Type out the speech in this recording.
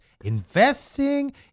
investing